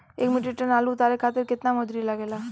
एक metric ton आलू उतारे खातिर केतना मजदूरी लागेला?